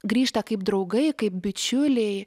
grįžta kaip draugai kaip bičiuliai